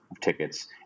tickets